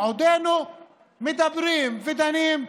הינה, בעודנו מדברים ודנים,